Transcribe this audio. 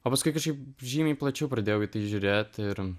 o paskui kažkaip žymiai plačiau pradėjau žiūrėti ir